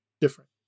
different